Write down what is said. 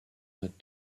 not